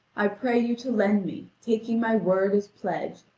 i pray you to lend me, taking my word as pledge,